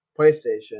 PlayStation